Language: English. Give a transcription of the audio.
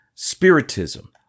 Spiritism